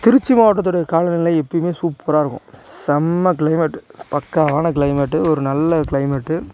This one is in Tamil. திருச்சி மாவட்டத்துடைய காலநிலை எப்போயுமே சூப்பராக இருக்கும் செம்ம க்ளைமேட்டு பக்காவான க்ளைமேட்டு ஒரு நல்ல க்ளைமேட்டு